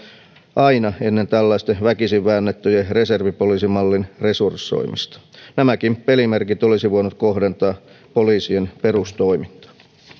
aina ennen tällaisten väkisin väännettyjen reservipoliisimallien resurssoimista nämäkin pelimerkit olisi voinut kohdentaa poliisien perustoimintaan